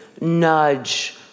nudge